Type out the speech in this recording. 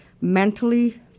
mentally